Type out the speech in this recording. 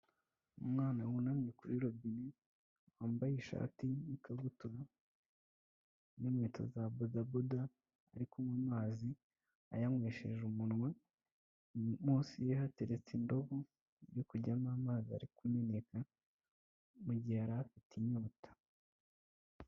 Umwana wunamye kuri robine wambaye ishati n'ikabutura n'inkweto za bodabuda, ari kunywa amazi ayanywesheje umunwa. Munsi ye hateretse indobo yo kujyamo amazi ari kumeneka mugihe yari afite inyota.